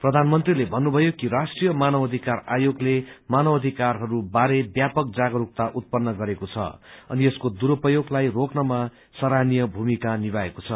प्रधानमन्त्रीले भत्रुमयो कि राष्ट्रीय मानवाधिकार आयोगले मानवाधिकारहरू बारे व्यापक जागस्कता उत्पन्न गरेको छ अनि यसको दुरूपयोगलाई रोक्नमा सराहनीय भूमिका निभाएको छ